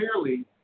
clearly